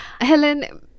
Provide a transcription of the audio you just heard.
Helen